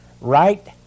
Right